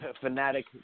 fanatic